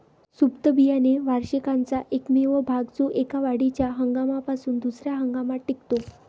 सुप्त बियाणे वार्षिकाचा एकमेव भाग जो एका वाढीच्या हंगामापासून दुसर्या हंगामात टिकतो